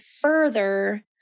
further